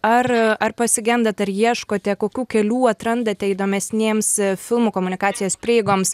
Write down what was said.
ar ar pasigendat ar ieškote kokių kelių atrandate įdomesnėms filmo komunikacijos prieigoms